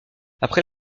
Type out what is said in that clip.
après